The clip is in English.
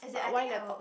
but why laptop